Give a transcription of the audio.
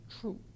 true